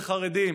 לחרדים.